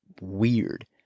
weird